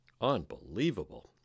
Unbelievable